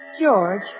George